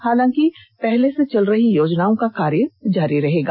हालांकि पहले से चल रही योजनाओं का कार्य जारी रहेगा